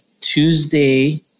Tuesday